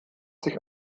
sich